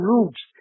Roots